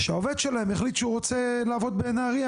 שהעובד שלהם החליט שהוא רוצה לעבוד בנהריה,